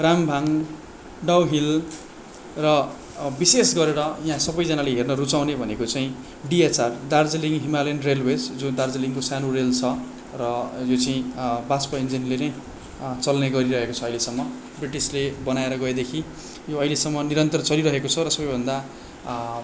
रामभाङ Dow Hill र विशेष गरेर यहाँ सबैजनाले हेर्न रुचाउने भनेको चाहिँ डिएचआर दार्जिलिङ हिमालयन रेल्वेज जो दार्जिलिङको सानो रेल छ र यो चाहिँ वाष्प इन्जिनले नै चल्ने गरिरहेको छ अहिलेसम्म ब्रिटिसले बनाएर गएदेखि यो अहिलेसम्म निरन्तर चलिरहेको छ र सबैभन्दा